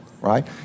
right